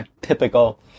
typical